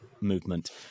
movement